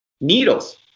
needles